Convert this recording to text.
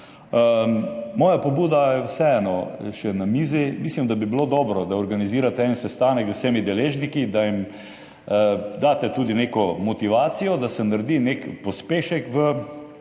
Moja pobuda je vseeno še na mizi. Mislim, da bi bilo dobro, da organizirate en sestanek z vsemi deležniki, da jim daste tudi neko motivacijo, da se naredi nek pospešek v